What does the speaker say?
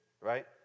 right